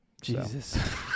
Jesus